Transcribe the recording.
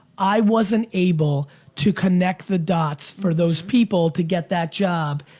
i wasn't able to connect the dots for those people to get that job.